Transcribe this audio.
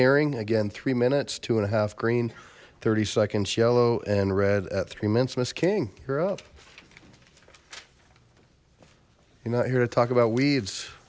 hearing again three minutes two and a half green thirty seconds yellow and red at three minutes miss king you're up you're not here to talk about weeds